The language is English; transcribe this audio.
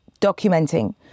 documenting